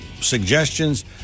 suggestions